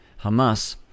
Hamas